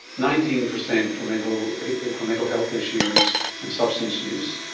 nineteen percent for mental and for mental health issues and substance use,